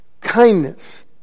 Kindness